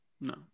No